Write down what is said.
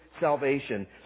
salvation